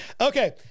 Okay